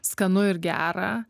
skanu ir gera